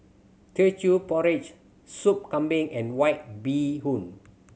Teochew Porridge Soup Kambing and White Bee Hoon